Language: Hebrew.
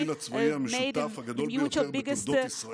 התרגיל הצבאי המשותף הגדול ביותר בתולדות ישראל,